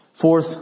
Fourth